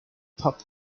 pub